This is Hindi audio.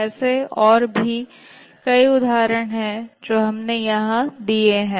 ऐसे और भी कई उदाहरण हैं जो हमने यहां दिए हैं